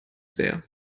sehr